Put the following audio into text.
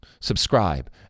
subscribe